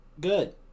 good